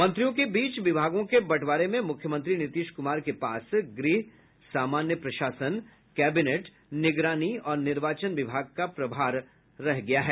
मंत्रियों के बीच विभागों के बंटवारे में मुख्यमंत्री नीतीश कुमार के पास गृह सामान्य प्रशासन कैबिनेट निगरानी और निर्वाचन विभाग का प्रभार रखा गया है